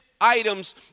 items